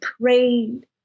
prayed